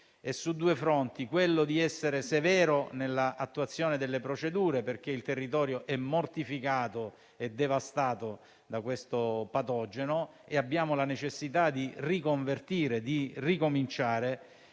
è su due fronti: quello di essere severo nell'attuazione delle procedure, perché il territorio è mortificato e devastato da questo patogeno e abbiamo la necessità di riconvertire, di ricominciare;